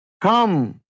come